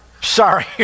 Sorry